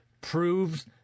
proves